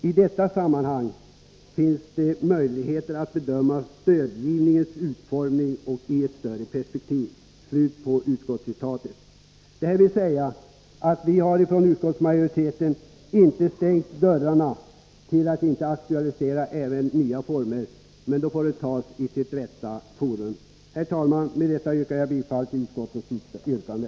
I detta sammanhang finns möjligheter att bedöma stödgivningens utformning i ett större perspektiv.” Detta betyder att vi från utskottsmajoriteten inte har stängt dörrarna för att aktualisera även nya former, men de får tas i sitt rätta forum. Herr talman! Med detta yrkar jag bifall till utskottets yrkande.